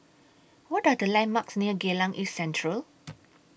What Are The landmarks near Geylang East Central